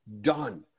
done